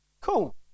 cool